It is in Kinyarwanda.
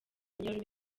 nyirarume